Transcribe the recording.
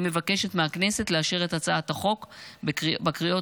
אני מבקשת מהכנסת לאשר את הצעת החוק בקריאות